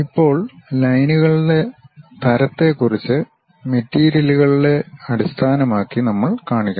ഇപ്പോൾ ലൈനുകളുടെ തരത്തെക്കുറിച്ച് മെറ്റീരിയലുകളെ അടിസ്ഥാനമാക്കി നമ്മൾ കാണിക്കണം